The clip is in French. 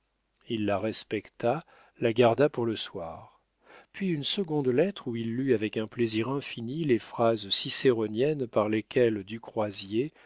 il la respecta la garda pour le soir puis une seconde lettre où il lut avec un plaisir infini les phrases cicéroniennes par lesquelles du croisier